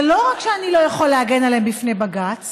זה לא רק שאני לא יכול להגן עליהן בפני בג"ץ